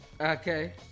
okay